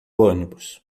ônibus